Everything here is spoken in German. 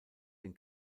den